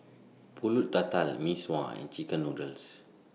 Pulut Tatal Mee Sua and Chicken Noodles